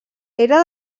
era